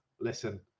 listen